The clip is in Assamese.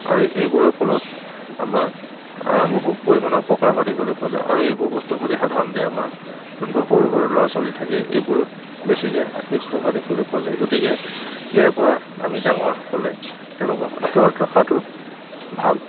আৰু এইবোৰৰ ফলত আমাৰ বহু পৰিমাণৰ অপকাৰ হোৱা দেখিবলৈ পোৱা যায় আৰু এইবোৰ বস্তুৰ প্ৰতি সাধাৰণতে আমাৰ যোনবোৰ সৰু সৰু ল'ৰা ছোৱালী থাকে এইবোৰ বেছিকৈ আকৃষ্ট হোৱা দেখিবলৈ পোৱা যায় গতিকে ইয়াৰ পৰা আমি ডাঙৰসকলে তেওঁলোকক আঁতৰত ৰখাটো ভাল